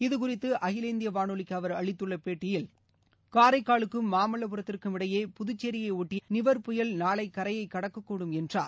இதுகுறித்து அகில இந்திய வானொலிக்கு அவர் அளித்துள்ள பேட்டியில் காரைக்காலுக்கும் மாமல்லபுரத்திற்கும் இடையே புதுச்சேரியை ஒட்டி நிவர் புயல் நாளை கரையை கடக்கக்கூடும் என்றார்